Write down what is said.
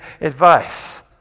advice